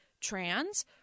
trans